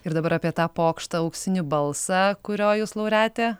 ir dabar apie tą pokštą auksinį balsą kurio jūs laureatė